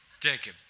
Jacob